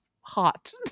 Hot